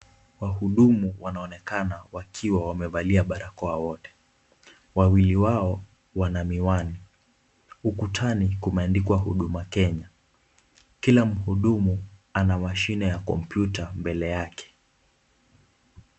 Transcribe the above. Wahudumu wanaonekana wakiwa wamevalia barakoa wote. Wawili wao wana miwani. Ukutani kumeandikwa huduma Kenya. Kila mhudumu ana mashine ya computer mbele yake.